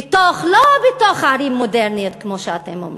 בתוך, לא בתוך ערים מודרניות כמו שאתם אומרים,